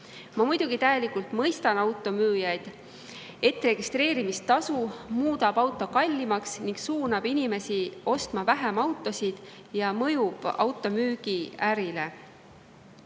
Muidugi ma täielikult mõistan automüüjaid. Registreerimistasu muudab auto kallimaks ning suunab inimesi vähem autosid ostma, mõjudes automüügiärile.